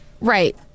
Right